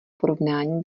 porovnání